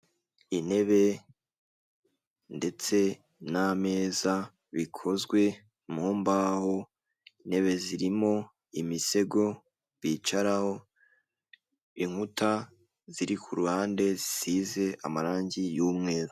Intebe ndetse n'ameza bikozwe mu mbaho, intebe zirimo imisego bicaraho, inkuta ziri ku ruhande zisize amarange y'umweru.